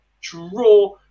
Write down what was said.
draw